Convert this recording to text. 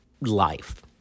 life